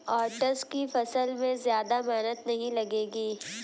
oats की फसल में ज्यादा मेहनत नहीं लगेगी